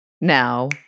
Now